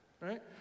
right